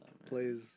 Plays